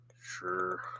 Sure